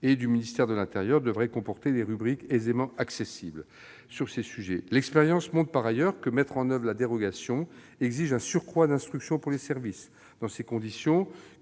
et du ministère de l'intérieur devraient comporter des rubriques aisément accessibles sur ces sujets. Cela étant, l'expérience montre que mettre en oeuvre la dérogation exige un surcroît d'instructions pour les services. Dans ces conditions,